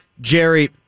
Jerry